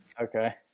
okay